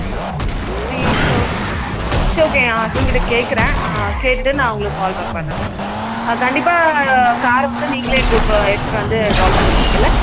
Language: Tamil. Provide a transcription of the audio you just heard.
ஆ த்ரீ தௌஸ் சரி ஓகே என் ஹஸ்பண்ட் கிட்ட கேட்குறேன் கேட்டுவிட்டு நான் உங்களுக்கு கால் பேக் பண்ணுறேன் மேம் ஷூர் ஆ கண்டிப்பாக காரை வந்து நீங்களே கூட்டு வ எடுத்துகிட்டு வந்து ட்ராப் பண்ணிவிடுவீங்கள்ல